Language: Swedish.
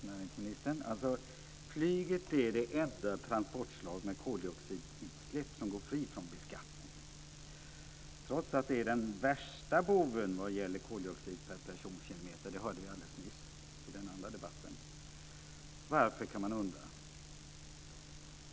Fru talman! Näringsministern! Flyget är det enda transportslag med koldioxidutsläpp som går fritt från beskattning, trots att det är den värsta boven vad gäller koldioxid per personkilometer - det hörde vi alldeles nyss i den förra debatten. Man kan undra varför.